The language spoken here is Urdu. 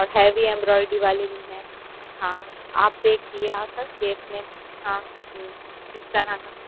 اور ہیوی ایمبروائڈری والے بھی ہیں ہاں آپ دیکھیے آ کر دیکھنے میں ہاں جس طح کا